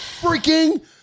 freaking